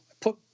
put